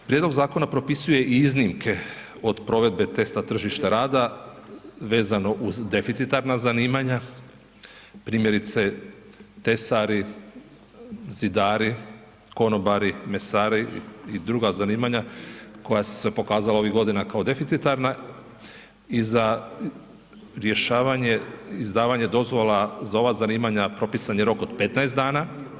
Prijedlog zakona propisuje i iznimke od provedbe testa tržišta rada vezano uz deficitarna zanimanja, primjerice, tesari, zidari, konobari, mesari i druga zanimanja koja su se pokazala ovih godina kao deficitarna i za rješavanje izdavanja dozvola za ova zanimanja, propisan je rok od 15 dana.